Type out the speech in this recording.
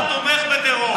האם אתה תומך בטרור?